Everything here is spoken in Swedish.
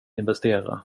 investera